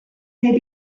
may